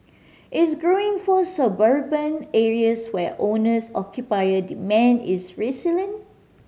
is growing for suburban areas where owners occupier demand is resilient